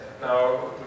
now